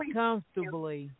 comfortably